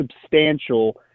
substantial